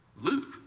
Luke